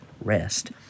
rest